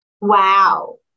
Wow